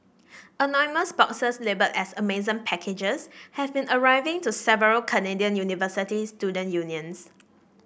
anonymous boxes labelled as Amazon packages have been arriving to several Canadian university student unions